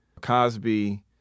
Cosby